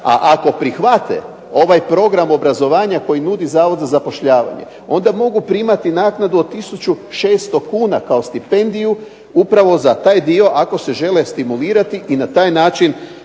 A ako prihvate ovaj program obrazovanja koji nudi Zavod za zapošljavanje onda mogu primati naknadu od 1600 kn kao stipendiju upravo za taj dio ako se žele stimulirati i na taj način